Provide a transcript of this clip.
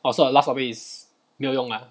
orh so the last topic is 没有用啊